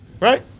Right